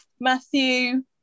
Matthew